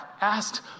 asked